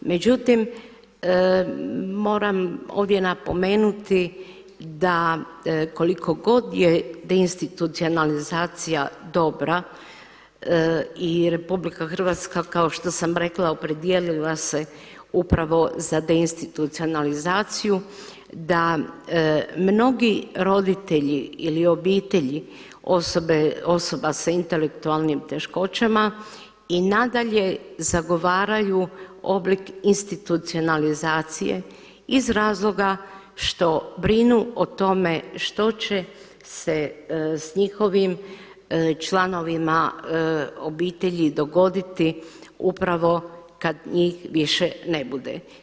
Međutim, moram ovdje napomenuti da koliko god je deinstitucionalizacija dobra i Republika Hrvatska kao što sam rekla opredijelila se upravo za deinstitucionalizaciju da mnogi roditelji ili obitelji osoba sa intelektualnim teškoćama i nadalje zagovaraju oblik institucionalizacije iz razloga što brinu o tome što će se s njihovim članovima obitelji dogoditi upravo kad njih više ne bude.